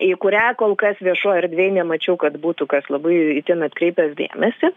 į kurią kol kas viešoj erdvėj nemačiau kad būtų kas labai itin atkreipęs dėmesį